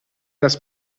das